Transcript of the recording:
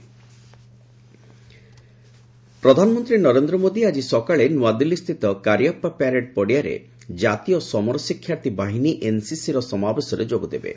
PM NCC rally ପ୍ରଧାନମନ୍ତ୍ରୀ ନରେନ୍ଦ ମୋଦି ଆଜି ସକାଳେ ନ୍ତଆଦିଲ୍ଲୀସ୍ଥିତ କାରିଆପା ପ୍ୟାରେଡ୍ ପଡ଼ିଆରେ ଜାତୀୟ ସମର ଶିକ୍ଷାର୍ଥୀ ବାହିନୀ ଏନ୍ସିସିର ସମାବେଶରେ ଯୋଗଦେବେ